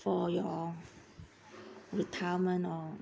for your retirement or